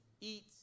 eat